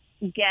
get